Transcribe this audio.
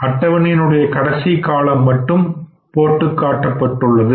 அட்டவணையின் உடைய கடைசி காலம் மட்டும் போட்டு காட்டப்பட்டுள்ளது